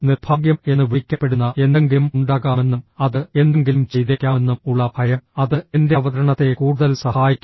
നിർഭാഗ്യം എന്ന് വിളിക്കപ്പെടുന്ന എന്തെങ്കിലും ഉണ്ടാകാമെന്നും അത് എന്തെങ്കിലും ചെയ്തേക്കാമെന്നും ഉള്ള ഭയം അത് എന്റെ അവതരണത്തെ കൂടുതൽ സഹായിക്കും